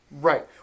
Right